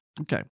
Okay